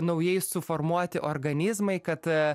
naujai suformuoti organizmai kad